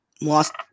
lost